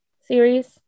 Series